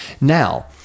Now